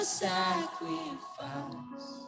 sacrifice